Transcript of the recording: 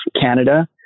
Canada